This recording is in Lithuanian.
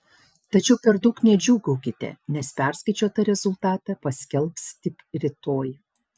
tačiau per daug nedžiūgaukite nes perskaičiuotą rezultatą paskelbs tik rytoj